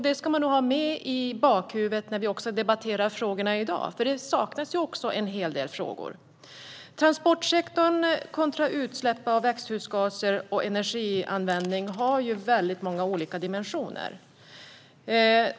Det ska man nog ha med i bakhuvudet när vi debatterar frågorna i dag, för en hel del frågor saknas också. Transportsektorn kontra utsläpp av växthusgaser och energianvändning har väldigt många olika dimensioner.